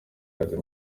kazi